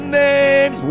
name